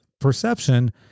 perception